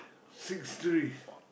six trees